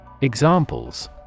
Examples